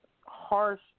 harsh